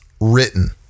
written